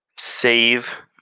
save